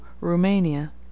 Romania